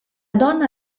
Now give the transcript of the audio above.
donna